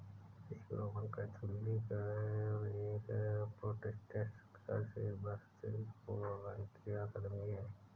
एक Roman Catholic और एक प्रोटेस्टेंट चर्च, एक शास्त्रीय स्कूल और वानिकी अकादमी है